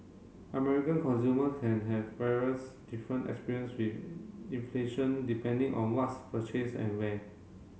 American consumer can have various different experience with inflation depending on what's purchased and where